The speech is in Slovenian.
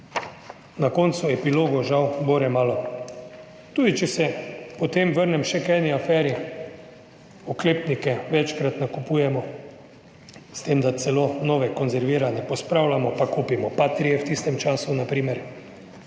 na koncu epilogov žal bore malo. Tudi, če se potem vrnem še k eni aferi, oklepnike večkrat nakupujemo, s tem, da celo nove konzervirane pospravljamo, pa kupimo Patrie v tistem času, na primer.